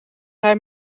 hij